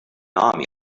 army